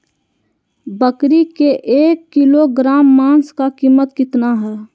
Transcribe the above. बकरी के एक किलोग्राम मांस का कीमत कितना है?